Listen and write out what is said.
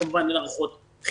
כי כמובן אין ארוחות חינם,